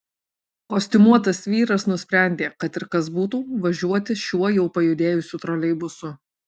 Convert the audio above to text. kostiumuotas vyras nusprendė kad ir kas būtų važiuoti šiuo jau pajudėjusiu troleibusu